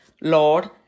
Lord